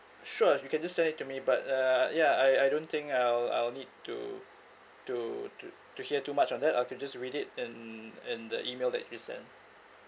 sure you can just send it to me but uh yeah I I don't think I'll I'll need to to to to hear too much on that I can just read it in in the email that you send